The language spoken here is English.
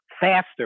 faster